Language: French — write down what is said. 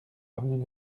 avenue